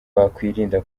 wakwirinda